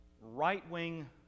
right-wing